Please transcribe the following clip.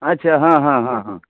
अच्छा हँ हँ हँ हँ